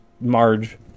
Marge